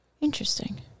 Interesting